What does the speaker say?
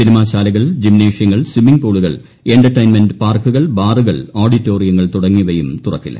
cinema ശാലകൾ ജിംനേഷ്യങ്ങൾ swimming പൂളുകൾ എന്റർടെയ്ൻമെന്റ് പാർക്കുകൾ ബാറുകൾ ഓഡിറ്റോറിയങ്ങൾ തുടങ്ങിയവയും തുറക്കില്ല